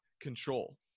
control